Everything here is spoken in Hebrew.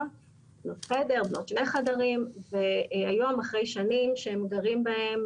חדר ועוד שני חדרים והיום אחרי שנים שהם גרים בהם